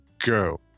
go